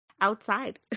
Outside